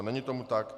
Není tomu tak.